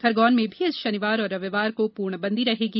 खरगोन में भी इस शनिवार और रविवार को पूर्णबंदी रहेगी